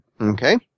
Okay